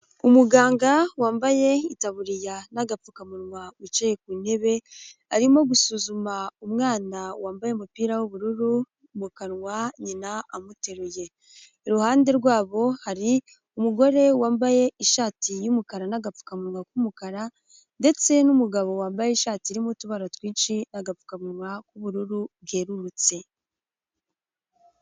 Umuganga wambaye itaburiya n'agapfukamunwa wicaye ku ntebe, arimo gusuzuma umwana wambaye umupira w'ubururu mu kanwa nyina amuteruye. Iruhande rwabo hari umugore wambaye ishati y'umukara n'apfukamuwa k'umukara ndetse n'umugabo wambaye ishati irimo utubara twinshi n'agapfukamunwa k'ubururu bwerurutse.